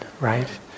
right